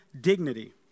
dignity